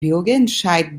bürgerentscheid